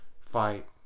fight